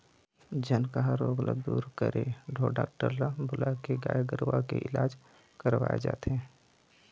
झनकहा रोग ल दूर करे ढोर डॉक्टर ल बुलाके गाय गरुवा के इलाज करवाय जाथे